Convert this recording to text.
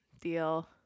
deal